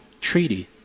treaty